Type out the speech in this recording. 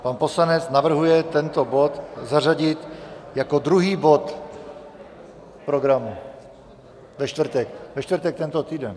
Pan poslanec navrhuje tento bod zařadit jako druhý bod programu ve čtvrtek tento týden.